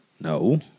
No